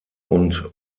und